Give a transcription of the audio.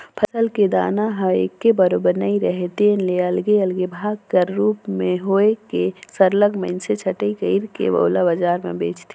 फसल के दाना ह एके बरोबर नइ राहय तेन ले अलगे अलगे भाग कर रूप में होए के सरलग मइनसे छंटई कइर के ओला बजार में बेंचथें